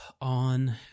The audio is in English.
on